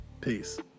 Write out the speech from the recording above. Peace